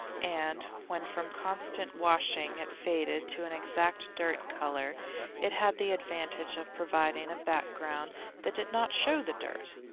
and when from constant washing it faded to an exact dirt colour it had the advantage of providing a background that did not show the dirt.